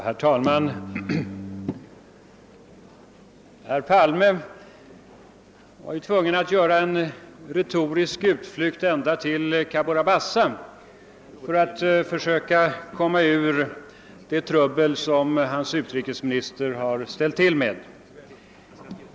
Herr talman! Herr Palme var tvungen att göra en retorisk utflykt ända till Cabora Bassa för att försöka komma ur det trubbel som hans utrikesminister har ställt till med.